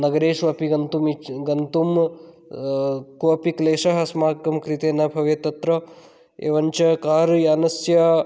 नगरेषु अपि गन्तुम् इच्छ् गन्तुं कोऽपि क्लेशः अस्माकं कृते न भवेत् तत्र एवञ्च कार्यानस्य